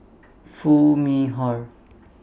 Foo Mee Har